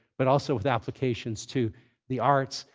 but also with applications to the arts,